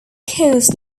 caused